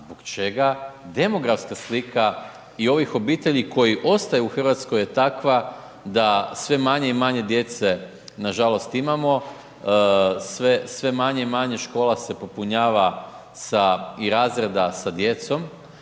zbog čega demografska slika i ovih obitelji koji ostaju u Hrvatskoj je takva da sve manje i manje djece nažalost imamo, sve manje i manje škola se popunjava sa i razreda sa djecom